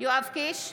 יואב קיש,